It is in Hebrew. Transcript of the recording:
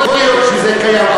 יכול להיות שזה קיים,